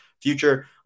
future